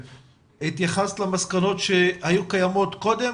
התייחסת למסקנות שהיו קיימות קודם?